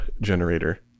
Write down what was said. generator